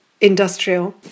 Industrial